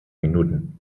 minuten